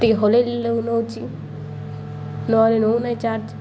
ଟିକେ ହଲାଇଲେ ନେଉଛି ନହେଲେ ନେଉ ନାହିଁ ଚାର୍ଜ